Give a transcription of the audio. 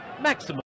Maximum